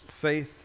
faith